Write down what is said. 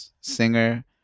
singer